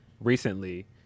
recently